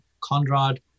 Conrad